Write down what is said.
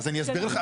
אז אני אסביר לכם,